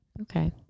Okay